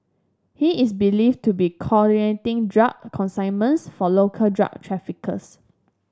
he is believed to be coordinating drug consignments for local drug traffickers